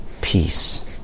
peace